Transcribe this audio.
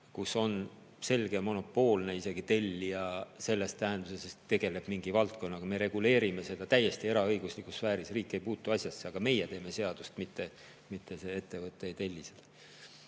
kus on selge isegi monopoolne tellija selles tähenduses, et ta tegeleb mingi valdkonnaga. Me reguleerime seda täiesti eraõiguslikus sfääris, riik ei puutu asjasse, aga meie teeme seadust, mitte see ettevõte ei telli seda.